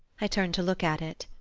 i turn to look at it.